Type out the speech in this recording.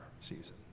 season